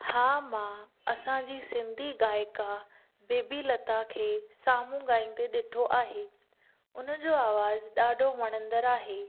हा मां असांजी सिंधी गाइका बेबी लता खे साम्हूं ॻाईंदे ॾिठो आहे उन जो आवाज़ि ॾाढो वणदंड़ आहे